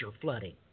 flooding